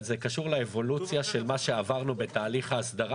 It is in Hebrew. זה קשור לאבולוציה של מה שעברנו בתהליך ההסדרה